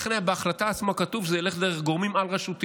לכן בהחלטה עצמה היה כתוב שזה ילך דרך גורמים על-רשותיים,